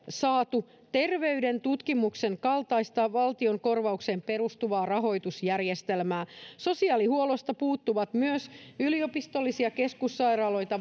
saatu terveyden tutkimuksen kaltaista valtion korvaukseen perustuvaa rahoitusjärjestelmää sosiaalihuollosta puuttuvat myös yliopistollisia keskussairaaloita